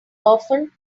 often